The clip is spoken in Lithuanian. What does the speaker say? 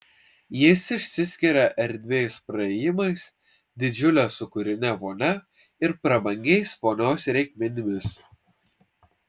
jis išsiskiria erdviais praėjimais didžiule sūkurine vonia ir prabangiais vonios reikmenimis